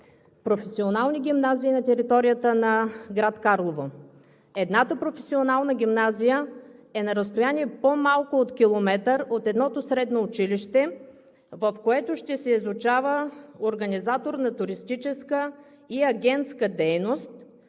професионални гимназии на територията на град Карлово. Едната професионална гимназия е на разстояние по-малко от километър от едното средно училище, в което ще се изучава „Организатор на туристическа и агентска дейност“,